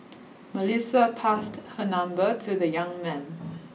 Melissa passed her number to the young man